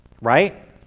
right